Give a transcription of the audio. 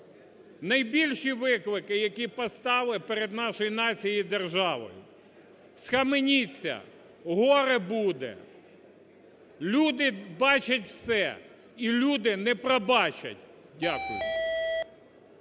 найбільші виклики, які постали перед нашою нацією і державою. Схаменіться, горе буде! Люди бачать все, і люди не пробачать. Дякую.